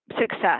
success